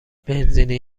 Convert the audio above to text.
بنزینی